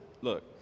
look